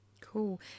Cool